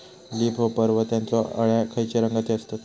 Leaf hopper व त्यानचो अळ्या खैचे रंगाचे असतत?